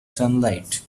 sunlight